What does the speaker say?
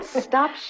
stop